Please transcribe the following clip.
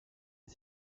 est